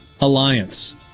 alliance